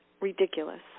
ridiculous